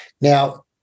Now